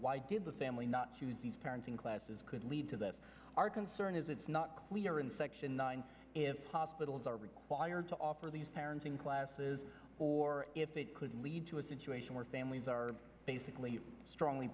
why did the family not choose parenting classes could lead to this our concern is it's not clear in section nine if hospitals are required to offer these parenting classes or if it could lead to a situation where families are basically strongly